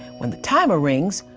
when the timer rings,